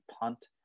punt